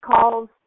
calls